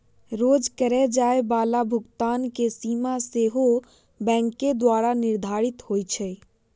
रोज करए जाय बला भुगतान के सीमा सेहो बैंके द्वारा निर्धारित होइ छइ